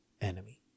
enemy